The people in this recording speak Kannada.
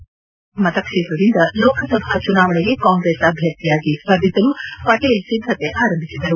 ಗುಜರಾತ್ನ ಜಾಮ್ನಗರ್ ಮತಕ್ಷೇತ್ರದಿಂದ ಲೋಕಸಭಾ ಚುನಾವಣೆಗೆ ಕಾಂಗ್ರೆಸ್ ಅಭ್ಯರ್ಥಿಯಾಗಿ ಸ್ಪರ್ಧಿಸಲು ಪಟೇಲ್ ಸಿದ್ಧತೆ ಆರಂಭಿಸಿದ್ದರು